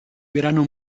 verano